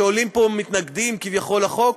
כשעולים פה מתנגדים-כביכול לחוק,